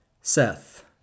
Seth